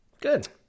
Good